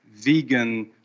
vegan